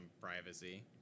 privacy